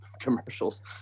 commercials